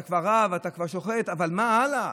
אתה כבר רב, אתה כבר שוחט, אבל מה הלאה?